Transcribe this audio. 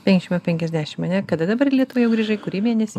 penkiasdešim ant penkiasdešim ane kada dabar į lietuvą jau grįžai kurį mėnesį